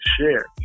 share